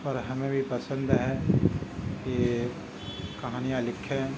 اور ہمیں بھی پسند ہے یہ کہانیاں لکھیں